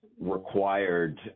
required